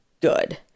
good